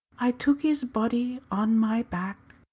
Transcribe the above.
i took his body on my back,